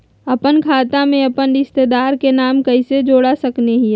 अपन खाता में अपन रिश्तेदार के नाम कैसे जोड़ा सकिए हई?